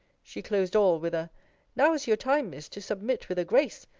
she closed all with a now is your time, miss, to submit with a grace,